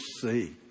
see